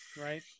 Right